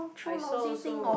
I saw also what